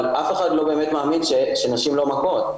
אבל אף אחד לא באמת מאמין שנשים לא מכות.